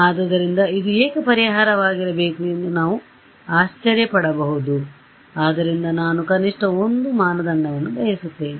ಆದ್ದರಿಂದ ಇದು ಏಕೆ ಪರಿಹಾರವಾಗಿರಬೇಕು ಎಂದು ನಾವು ಆಶ್ಚರ್ಯಪಡಬಹುದುಆದ್ದರಿಂದ ನಾನು ಕನಿಷ್ಟ 1 ಮಾನದಂಡ ಬಯಸುತ್ತೇನೆ